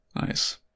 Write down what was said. nice